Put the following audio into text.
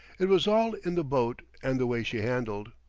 it was all in the boat and the way she handled.